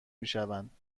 میشوند